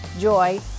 joy